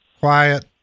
quiet